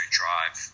drive